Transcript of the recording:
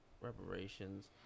reparations